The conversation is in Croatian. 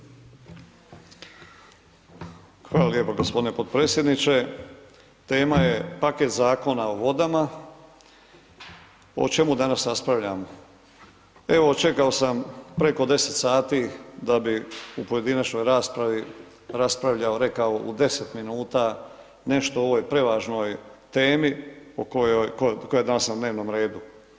Hvala lijepo gospodine potpredsjedniče, tema je paket Zakona o vodama, o čemu danas raspravljamo, evo čekao sam preko 10 sati da bi u pojedinačnoj raspravi, raspravljao, rekao u 10 minuta nešto o ovoj prevažnoj temi koja je danas na dnevnom redu.